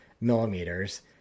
millimeters